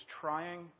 trying